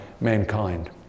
mankind